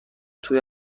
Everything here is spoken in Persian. توی